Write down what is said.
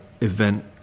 event